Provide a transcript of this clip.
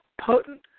potent